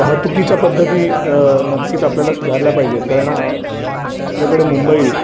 वाहतुकीच्या पद्धती नक्कीच आपल्याला सुधारल्या पाहिजे आहेत कारण आपल्याकडे मुंबईत